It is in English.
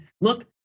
look